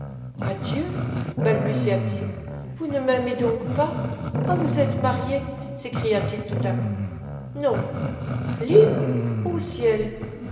adieu balbutia-t-il vous ne m'aimez donc pas ah vous êtes mariée s'écria-t-il tout à coup non libre ô ciel